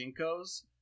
Jinkos